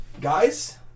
Guys